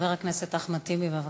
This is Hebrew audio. חבר הכנסת אחמד טיבי, בבקשה.